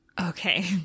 Okay